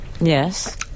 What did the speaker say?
yes